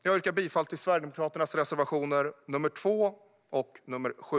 Jag yrkar bifall till Sverigedemokraternas reservationer nr 2 och 7.